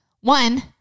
one